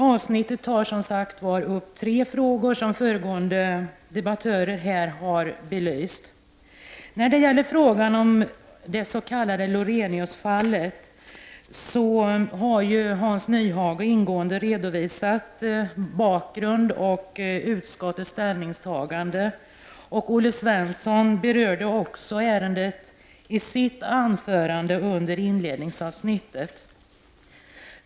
Avsnittet tar som sagt var upp tre frågor, som föregående debattörer har belyst. Hans Nyhage har ingående redovisat bakgrund och utskottets ställningstagande i det s.k. Loreniusfallet. Olle Svensson berörde också ärendet i sitt anförande under inledningsavsnittet.